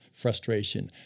frustration